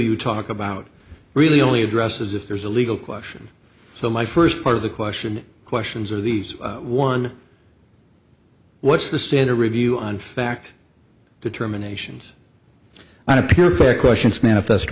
you talk about really only addresses if there's a legal question so my first part of the question questions are these one what's the standard review on fact determinations not appear to questions manifest